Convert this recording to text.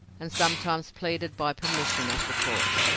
and sometimes pleaded by permission of the court.